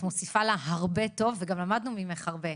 את מוסיפה לה הרבה טוב, וגם למדנו ממך הרבה.